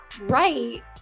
right